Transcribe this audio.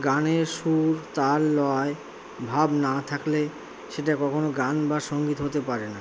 গানের সুর তাল লয় ভাব না থাকলে সেটা কখনও গান বা সঙ্গীত হতে পারে না